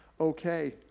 okay